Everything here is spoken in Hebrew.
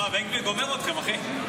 וואו, בן גביר גומר אתכם, אחי.